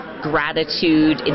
gratitude